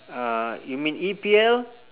uh you mean E_P_L